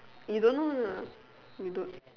you don't know lah you don't